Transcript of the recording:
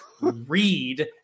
read